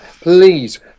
Please